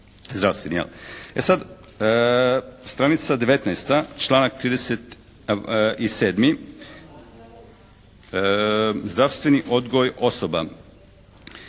zdravstveni jel'. E sad stranica 19. članak 37. Zdravstveni odgoj osoba.